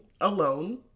alone